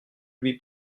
lui